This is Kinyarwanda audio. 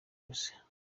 ubusa